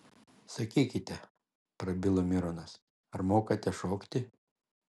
sakykite prabilo mironas ar mokate šokti